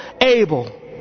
able